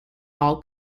all